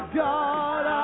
god